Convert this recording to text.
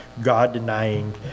God-denying